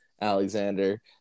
Alexander